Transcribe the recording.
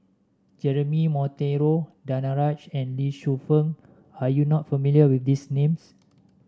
Jeremy Monteiro Danaraj and Lee Shu Fen are you not familiar with these names